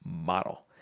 model